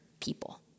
people